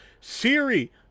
Siri